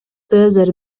цезарь